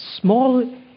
small